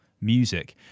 music